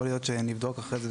יכול להיות שנבדוק אחר כך,